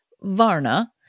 Varna